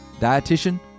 dietitian